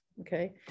Okay